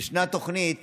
יש תוכנית